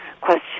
question